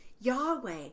Yahweh